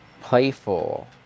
playful